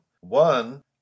One